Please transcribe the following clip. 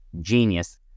genius